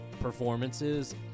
performances